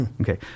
Okay